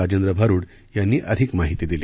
राजेंद्र भारुड यांनी अधिक माहिती दिली